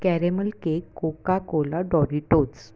caramel cake coca cola Doritos